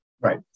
Right